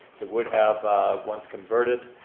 it would have once converted,